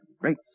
Great